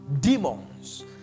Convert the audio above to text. demons